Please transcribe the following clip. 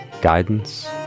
guidance